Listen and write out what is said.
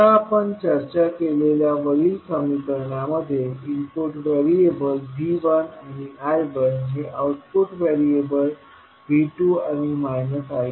आता आपण चर्चा केलेल्या वरील समीकरणामध्ये इनपुट व्हेरिएबल्स V1आणि I1हे आउटपुट व्हेरिएबल्स V2 आणि I2